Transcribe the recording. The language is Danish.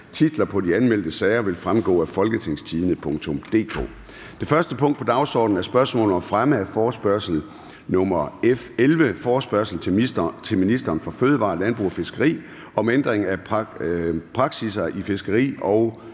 Titler på de anmeldte sager vil fremgå af www.folketingstidende.dk (jf. ovenfor). --- Det første punkt på dagsordenen er: 1) Spørgsmål om fremme af forespørgsel nr. F 11: Forespørgsel til ministeren for fødevarer, landbrug og fiskeri om ændring af praksisser i fiskeri og